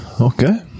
Okay